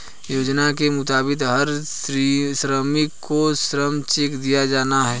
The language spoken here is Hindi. योजना के मुताबिक हर श्रमिक को श्रम चेक दिया जाना हैं